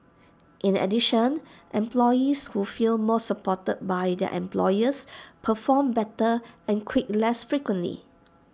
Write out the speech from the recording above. in addition employees who feel more supported by their employers perform better and quit less frequently